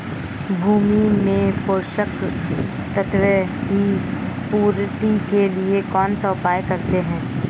भूमि में पोषक तत्वों की पूर्ति के लिए कौनसा उपाय करते हैं?